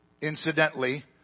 incidentally